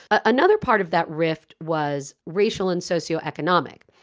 ah another part of that rift was racial and socio economic.